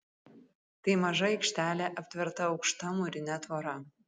tai maža aikštelė aptverta aukšta mūrine tvora